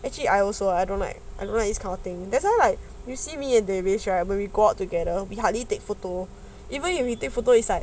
actually I also I don't like I don't like this kind of thing that time right you see me a right will reward together we hardly take photo even if we take photo is like